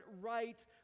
right